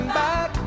back